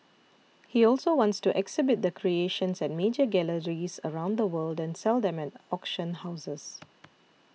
he also wants to exhibit the creations at major galleries around the world and sell them auction houses